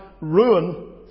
ruin